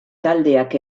taldeak